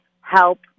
help